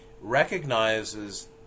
recognizes